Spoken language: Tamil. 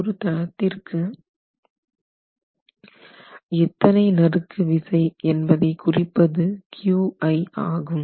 ஒரு தளத்திற்கு எத்தனை நறுக்கு விசை என்பதை குறிப்பது Qi ஆகும்